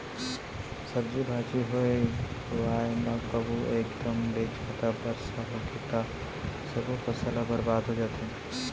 सब्जी भाजी होए हुवाए म कभू एकदम ले जादा बरसा होगे त सब्बो फसल ह बरबाद हो जाथे